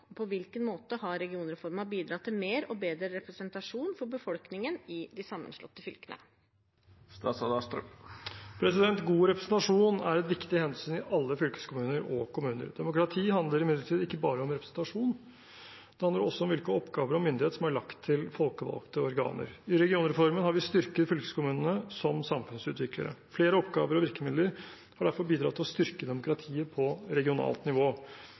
på hvilken måte har regionreformen bidratt til mer og bedre representasjon for befolkningen i de sammenslåtte fylkene?» God representasjon er et viktig hensyn i alle fylkeskommuner og kommuner. Demokrati handler imidlertid ikke bare om representasjon; det handler også om hvilke oppgaver og hvilken myndigheter som er lagt til folkevalgte organer. I regionreformen har vi styrket fylkeskommunene som samfunnsutviklere. Flere oppgaver og virkemidler har derfor bidratt til å styrke demokratiet på regionalt nivå.